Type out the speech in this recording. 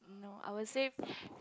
no I will save